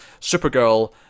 Supergirl